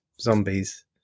zombies